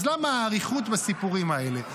אז למה האריכות בסיפורים האלה?